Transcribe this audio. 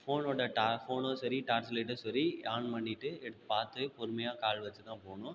ஃபோனோடய டா ஃபோனோ சரி டார்ச் லைட்டோ சரி ஆன் பண்ணிட்டு எடுத்து பார்த்து பொறுமையாக கால் வச்சு தான் போகணும்